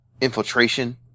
Infiltration